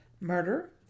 Murder